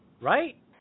Right